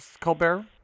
Colbert